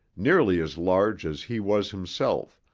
nearly as large as he was himself,